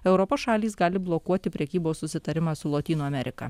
europos šalys gali blokuoti prekybos susitarimą su lotynų amerika